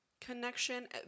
connection